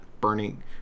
Burning